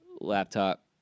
laptop